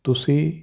ਤੁਸੀਂ